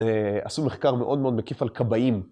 עשו מחקר מאוד מאוד מקיף על כבאים.